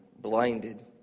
blinded